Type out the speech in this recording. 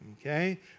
Okay